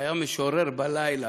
היה משורר בלילה,